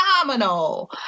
phenomenal